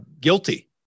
guilty